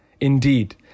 indeed